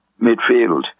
midfield